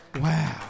Wow